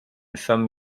some